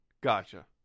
Gotcha